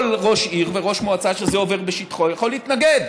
כל ראש עיר וראש מועצה שזה עובר בשטחו יכול להתנגד.